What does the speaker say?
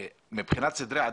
מבחינת סדרי העדיפות,